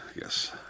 yes